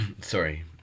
Sorry